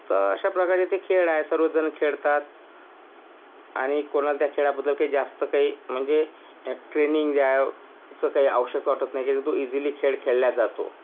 तर अशा प्रकारचे ते खेळ आहे सर्वजण खेळतात आणि कोणाला त्या खेळाबद्दल काही जास्त काही म्हणजे ट्रेनिंग द्यायचे काही आवश्यक वाटत नाही कारण तो इझिली खेळ खेळला जातो